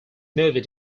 movie